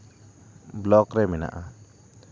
block ᱨᱮ ᱢᱮᱱᱟᱜᱼᱟ